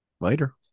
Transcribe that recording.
later